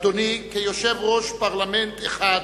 אדוני, כיושב-ראש פרלמנט אחד,